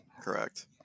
correct